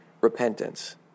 repentance